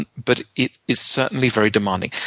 and but it is certainly very demanding.